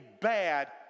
bad